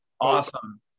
Awesome